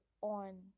on